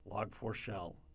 Log4Shell